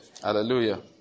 Hallelujah